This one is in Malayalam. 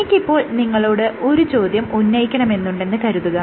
എനിക്ക് ഇപ്പോൾ നിങ്ങളോട് ഒരു ചോദ്യം ഉന്നയിക്കണമെന്നുണ്ടെന്ന് കരുതുക